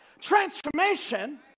transformation